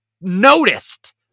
noticed